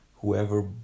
whoever